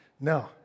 No